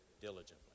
diligently